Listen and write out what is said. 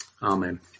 Amen